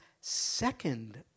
second